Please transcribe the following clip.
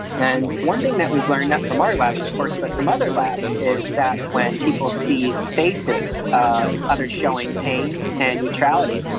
and one thing that we've learned not from our lab of course but from other labs labs is that when people see faces of others showing pain and neutrality,